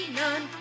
none